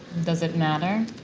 does it matter?